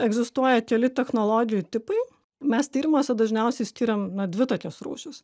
egzistuoja keli technologijų tipai mes tyrimuose dažniausiai skiriam na dvi tokias rūšis